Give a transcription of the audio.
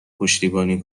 پشتیبانی